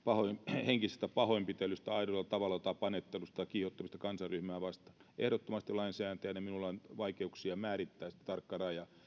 henkisestä pahoinpitelystä aidolla tavalla tai panettelusta ja kiihottamisesta kansanryhmää vastaan ehdottomasti lainsäätäjänä minulla on vaikeuksia määrittää se tarkka raja